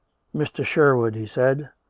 mr. sherwood, he said,